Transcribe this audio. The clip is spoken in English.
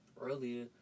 earlier